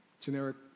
generic